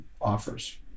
offers